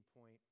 point